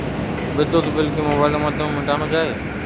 বিদ্যুৎ বিল কি মোবাইলের মাধ্যমে মেটানো য়ায়?